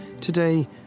today